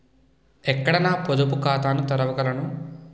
ఎక్కడ నా పొదుపు ఖాతాను తెరవగలను?